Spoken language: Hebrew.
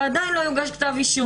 ועדיין לא יוגש כתב אישום.